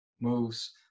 moves